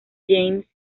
james